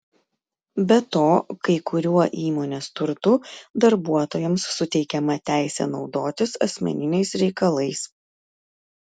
be to kai kuriuo įmonės turtu darbuotojams suteikiama teisė naudotis asmeniniais reikalais